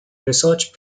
research